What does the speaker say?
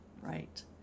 right